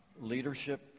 leadership